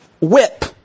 Whip